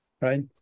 right